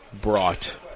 brought